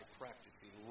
practicing